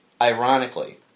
Ironically